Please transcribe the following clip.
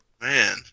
Man